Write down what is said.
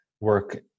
work